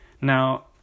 Now